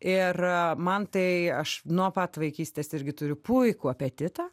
ir man tai aš nuo pat vaikystės irgi turiu puikų apetitą